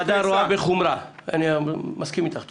רבותיי, אני לא רוצה תשובות.